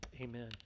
amen